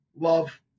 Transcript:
Love